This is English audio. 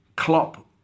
Klopp